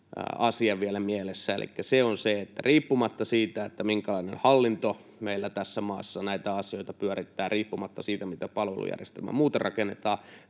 elikkä se, että riippumatta siitä, minkälainen hallinto meillä tässä maassa näitä asioita pyörittää, riippumatta siitä, mitä palvelujärjestelmää muuten rakennetaan,